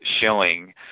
showing